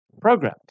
program